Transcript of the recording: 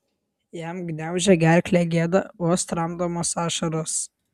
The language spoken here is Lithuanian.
jam gniaužė gerklę gėda vos tramdomos ašaros